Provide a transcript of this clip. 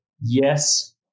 yes